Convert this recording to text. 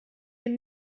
den